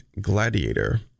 gladiator